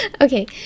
Okay